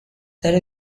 there